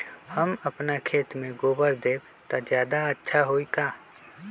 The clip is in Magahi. हम अपना खेत में गोबर देब त ज्यादा अच्छा होई का?